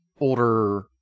older